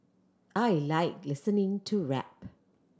I like listening to rap